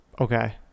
Okay